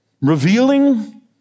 revealing